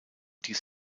dies